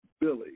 Billy